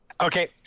okay